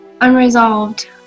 unresolved